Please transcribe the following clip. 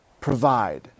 provide